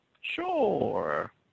Sure